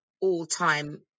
all-time